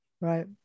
Right